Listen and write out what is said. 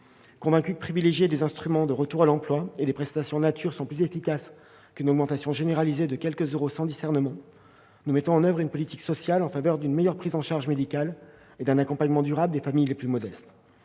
le fait de privilégier des instruments favorisant le retour à l'emploi et des prestations en nature est plus efficace qu'une augmentation généralisée de quelques euros, sans discernement, nous mettons en oeuvre une politique sociale en faveur d'une meilleure prise en charge médicale et d'un accompagnement durable des familles les plus modestes.